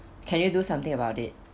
can you do something about it